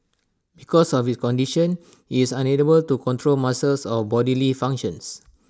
because of condition he is unable to control muscles or bodily functions